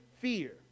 fear